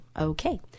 okay